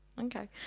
Okay